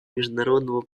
международного